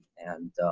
and